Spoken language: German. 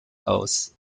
aus